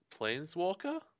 planeswalker